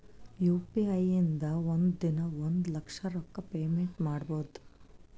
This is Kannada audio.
ಯು ಪಿ ಐ ಇಂದ ಒಂದ್ ದಿನಾ ಒಂದ ಲಕ್ಷ ರೊಕ್ಕಾ ಪೇಮೆಂಟ್ ಮಾಡ್ಬೋದ್